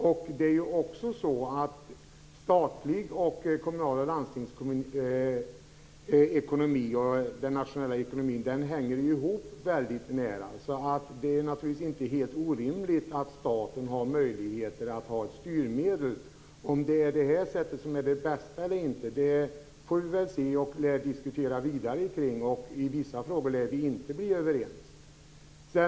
Statens, kommunernas och landstingskommunernas ekonomi hänger ihop. Det är inte helt orimligt att staten har möjligheter att styra. Om det är det som är det bästa eller inte får vi diskutera vidare. I vissa frågor lär vi inte bli överens.